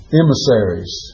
emissaries